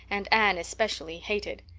and anne especially, hated.